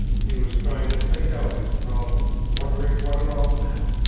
he was trying to think out his problem, wondering what it all meant,